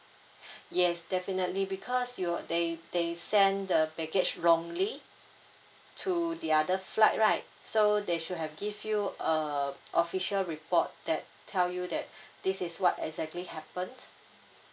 yes definitely because you they they send the baggage wrongly to the other flight right so they should have give you a official report that tell you that this is what exactly happened